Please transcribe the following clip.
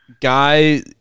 guy